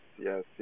yes